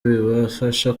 bibafasha